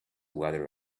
weather